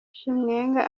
chiwenga